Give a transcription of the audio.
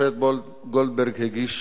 לרשותך עשר